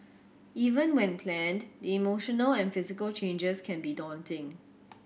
even when planned the emotional and physical changes can be daunting